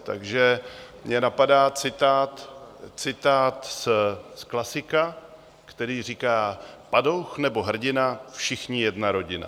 Takže mě napadá citát z klasika, který říká: Padouch nebo hrdina, všichni jedna rodina.